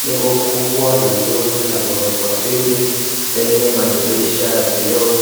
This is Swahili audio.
Jengo kubwa na zuri la gorofa mbili lenye madirisha ya vioo